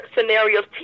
scenarios